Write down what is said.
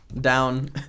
Down